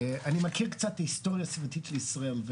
אני מכיר קצת את ההיסטוריה הסביבתית של ישראל.